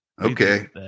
Okay